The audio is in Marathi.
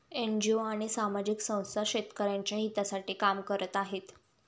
एन.जी.ओ आणि सामाजिक संस्था शेतकऱ्यांच्या हितासाठी काम करत आहेत